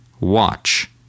watch